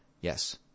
Yes